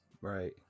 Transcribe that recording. Right